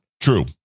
True